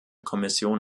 kommission